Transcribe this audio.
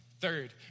Third